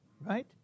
right